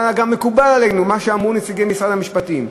אבל גם מקובל עלינו מה שאמרו נציגי משרד המשפטים,